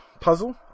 Puzzle